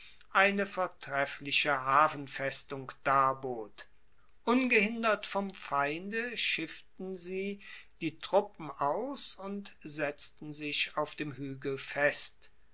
eine vortreffliche hafenfestung darbot ungehindert vom feinde schifften sie die truppen aus und setzten sich auf dem huegel fest